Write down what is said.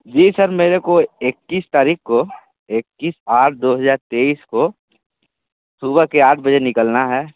जी sir मेरे को इक्कीस तारीख़ को एक्किस आठ दो हज़ार तईस को सुबह के आठ बजे निकालना है